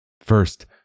First